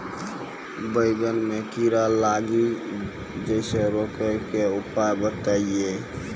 बैंगन मे कीड़ा लागि जैसे रोकने के उपाय बताइए?